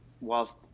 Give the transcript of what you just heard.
whilst